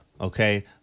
Okay